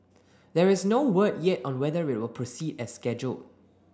there is no word yet on whether it will proceed as scheduled